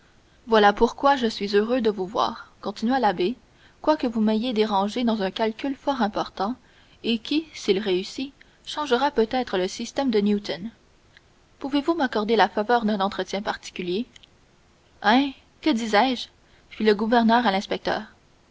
voilà pourquoi je suis si heureux de vous voir continua l'abbé quoique vous m'ayez dérangé dans un calcul fort important et qui s'il réussit changera peut-être le système de newton pouvez-vous m'accorder la faveur d'un entretien particulier hein que disais-je fit le gouverneur à l'inspecteur